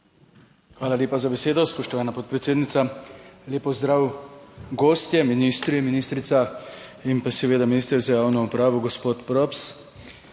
Hvala lepa za besedo, spoštovana podpredsednica. Lep pozdrav gostje, ministri, ministrica in pa seveda minister za javno upravo gospod Props!